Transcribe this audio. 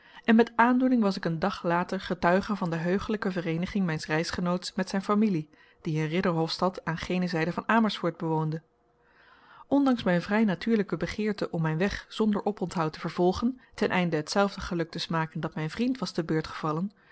en met aandoening was ik een dag later getuige van de heuglijke vereeniging mijns reisgenoots met zijn familie die een ridderhofstad aan gene zijde van amersfoort bewoonde ondanks mijn vrij natuurlijke begeerte om mijn weg zonder oponthoud te vervolgen ten einde hetzelfde geluk te smaken dat mijn vriend was te beurt gevallen